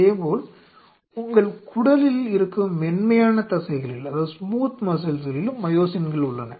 இதேபோல் உங்கள் குடலில் இருக்கும் மென்மையான தசைகளில் மையோசின்கள் உள்ளன